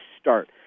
start